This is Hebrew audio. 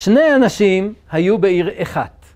שני אנשים היו בעיר אחת.